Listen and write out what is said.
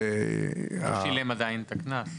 לא שילם עדיין את הקנס.